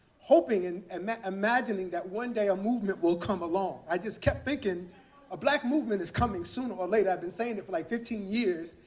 hoping and imagining that one day, a movement would come along. i just kept thinking a black movement is coming sooner or later. i've been saying it like fifteen years.